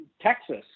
Texas